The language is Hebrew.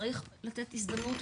צריך לתת הזדמנות,